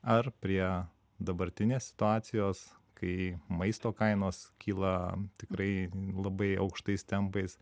ar prie dabartinės situacijos kai maisto kainos kyla tikrai labai aukštais tempais